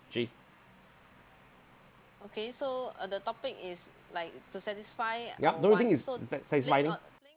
actually yup don't you think it's it's sa~ satisfying